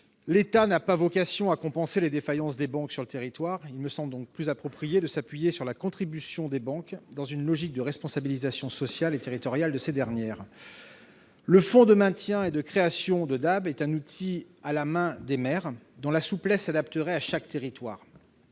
L'État n'a pas vocation à compenser les défaillances des banques sur le territoire ; il me semble donc plus approprié de s'appuyer sur la contribution de celles-ci dans une logique de responsabilisation sociale et territoriale. Le fonds de maintien et de création de DAB est un outil à la main de maires, dont la souplesse s'adapterait à chaque territoire.